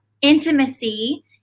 intimacy